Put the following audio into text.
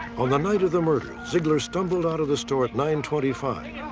on the night of the murder, zeigler stumbled out of the store at nine twenty five.